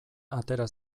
atera